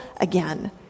again